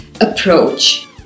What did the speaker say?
approach